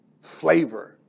flavor